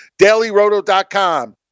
DailyRoto.com